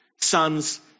sons